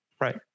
Right